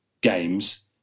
games